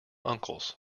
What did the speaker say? uncles